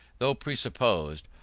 though presupposed,